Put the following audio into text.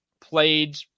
played